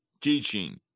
teaching